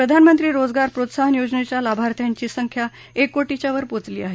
प्रधानमंत्री रोजगार प्रोत्साहन योजनेच्या लाभार्थ्यांची संख्या एक कोटीच्या वर पोचली आहे